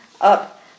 up